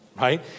right